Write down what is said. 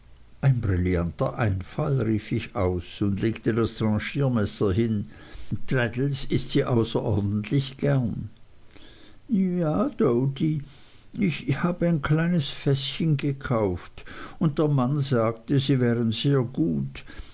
ein brillanter einfall rief ich aus und legte das tranchiermesser hin traddles ißt sie außerordentlich gern jja doady ich habe ein kleines fäßchen gekauft und der mann sagte sie wären sehr gut